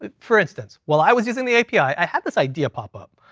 but for instance, while i was using the api, i had this idea pop up.